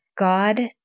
God